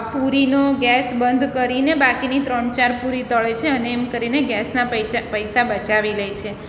પુરીનો gas બંધ કરીને બાકીની ત્રણ ચાર પુરી તળે છે અને એમ કરીને ગેસના પૈચા પૈસા બચાવી લે છે